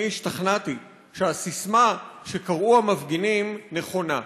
אני השתכנעתי שהססמה שקראו המפגינים נכונה: